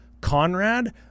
Conrad